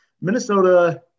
Minnesota